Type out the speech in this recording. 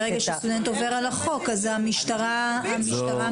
ברגע שהסטודנט עובר על החוק, אז המשטרה מטפלת.